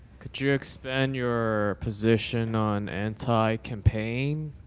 could you expand your position on anti campaign?